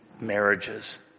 marriages